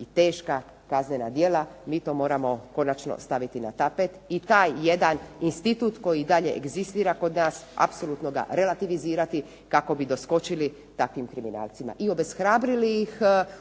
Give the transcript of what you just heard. i teška kaznena djela, mi to moramo konačno staviti na tapet i taj jedan institut koji i dalje egzistira kod nas apsolutno ga relativizirali kako bi doskočili takvim kriminalcima i obeshrabrili ih